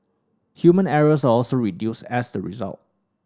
human errors are also reduced as the result